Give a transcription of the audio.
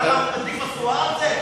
למה, הוא מדליק משואה על זה?